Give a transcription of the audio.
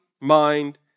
mind